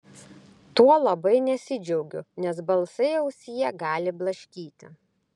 tuo labai nesidžiaugiu nes balsai ausyje gali blaškyti